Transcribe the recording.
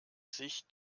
sich